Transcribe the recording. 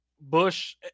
Bush